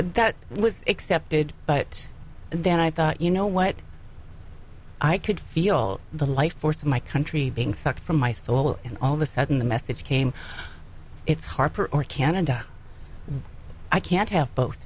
that was accepted but then i thought you know what i could feel the life force of my country being sucked from my soul and all the sudden the message came it's harper or canada i can't have both